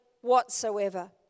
whatsoever